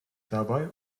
dabei